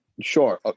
Sure